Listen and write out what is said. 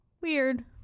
weird